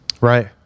right